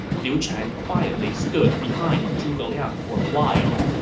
liu chan quietly stood behind zhuge liang for a while,